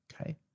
Okay